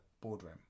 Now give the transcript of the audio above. boardroom